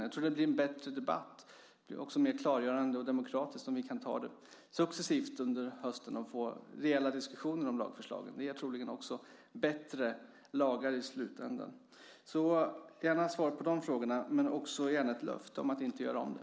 Jag tror att det blir en bättre debatt, också mer klargörande och demokratisk, om vi kan ta det successivt under hösten och få reella diskussioner om lagförslagen. Det ger troligen också bättre lagar i slutändan. Jag vill gärna ha svar på de frågorna men också gärna ett löfte om att inte göra om det.